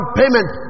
payment